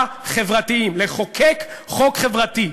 החברתיים לחוקק חוק חברתי,